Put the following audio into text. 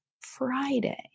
Friday